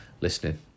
listening